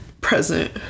present